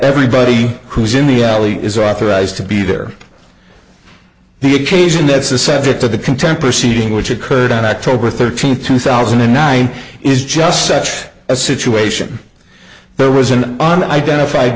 everybody who's in the alley is authorized to be there the occasion that's the subject of the contemporary seeding which occurred on october thirteenth two thousand and nine is just such a situation there was an unidentified